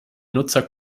nutzer